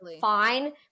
fine